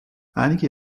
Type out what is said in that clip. einige